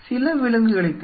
சில விலங்குகளைத் தவிர